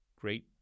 great